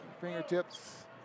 fingertips